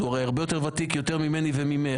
רקורד, הוא הרי הרבה יותר ותיק ממני וממך.